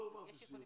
לא אמרתי שיוך.